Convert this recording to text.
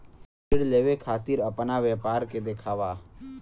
ऋण लेवे के खातिर अपना व्यापार के दिखावा?